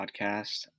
podcast